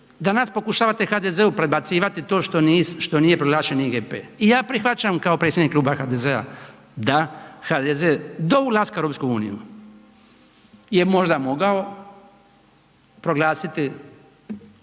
Danas pokušavate HDZ-u prebacivati to što nije proglašen IGP i ja prihvaćam kao predsjednik Kluba HDZ-a da HDZ do ulaska u EU je možda mogao proglasiti